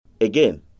Again